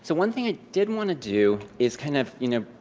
so one thing i did want to do is kind of, you know,